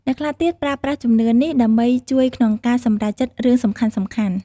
អ្នកខ្លះទៀតប្រើប្រាស់ជំនឿនេះដើម្បីជួយក្នុងការសម្រេចចិត្តរឿងសំខាន់ៗ។